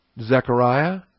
Zechariah